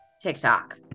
TikTok